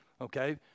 okay